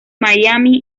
miami